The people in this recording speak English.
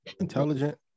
Intelligent